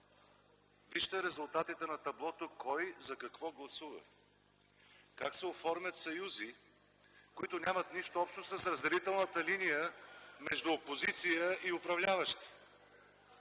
вижте резултатите на таблото – кой за какво гласува, как се оформят съюзи, които нямат нищо общо с разделителната линия между опозиция и управляващи!